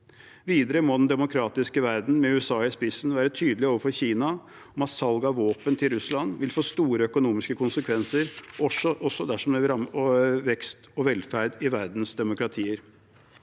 Videre må den demokratiske verden, med USA i spissen, være tydelig overfor Kina på at salg av våpen til Russland vil få store økonomiske konsekvenser, også dersom det vil ramme vekst og velferd i verdens demokratier.